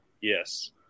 Yes